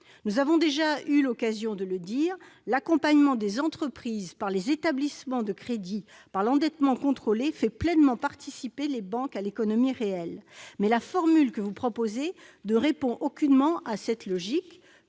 Nous avons déjà eu l'occasion de le dire, l'accompagnement des entreprises par les établissements de crédit par le biais de l'endettement contrôlé fait pleinement participer les banques à l'économie réelle. Mais la formule que vous proposez ne répond aucunement à cette logique,